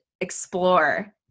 explore